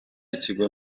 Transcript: ikigo